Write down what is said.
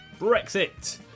Brexit